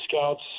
scouts